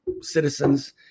citizens